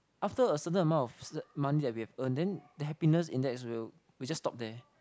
after a certain amount money that we have earn then the happiness index will will just stop there